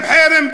חרם,